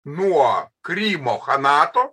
nuo krymo chanato